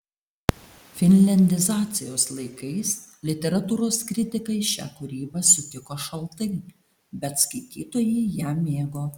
finliandizacijos laikais literatūros kritikai šią kūrybą sutiko šaltai bet skaitytojai ją mėgo